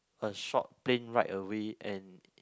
a short plane ride away and